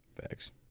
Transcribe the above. Facts